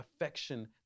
affection